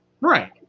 right